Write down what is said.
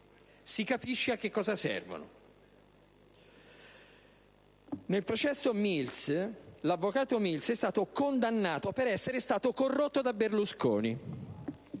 si capisce a cosa servono. Nel processo Mills, l'avvocato Mills è stato condannato per essere stato corrotto da Berlusconi.